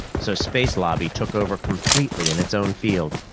so space lobby took over completely in its own field.